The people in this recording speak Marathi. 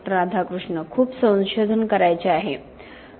राधाकृष्ण खूप संशोधन करायचे आहे डॉ